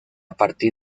partir